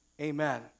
Amen